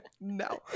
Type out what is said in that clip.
No